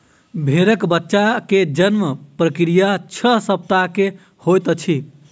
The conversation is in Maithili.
भेड़क बच्चा के जन्म प्रक्रिया छह सप्ताह के होइत अछि